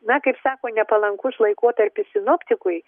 na kaip sako nepalankus laikotarpis sinoptikui